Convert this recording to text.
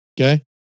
Okay